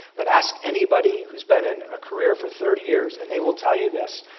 but ask anybody who's been in a career for thirty years, and they will tell you this,